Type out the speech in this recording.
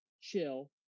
chill